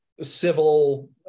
civil